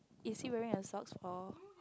is he wearing a socks for